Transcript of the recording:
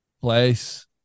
place